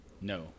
No